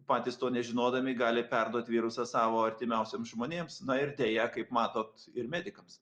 patys to nežinodami gali perduot virusą savo artimiausiems žmonėms na ir deja kaip matot ir medikams